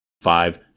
Five